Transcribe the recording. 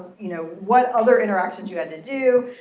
you know what other interactions you had to do.